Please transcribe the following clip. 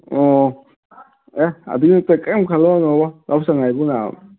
ꯑꯣ ꯑꯦ ꯑꯗꯨꯒꯤꯗꯃꯛꯇ ꯀꯩꯏꯝꯇ ꯈꯜꯂꯨꯅꯨꯗ ꯌꯥꯎꯁꯪ ꯍꯥꯏꯁꯤꯗꯤ ꯉꯥꯏꯍꯥꯛ